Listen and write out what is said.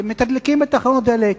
מתדלקים בתחנות דלק,